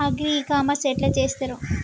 Agri e commerce ఎట్ల చేస్తరు?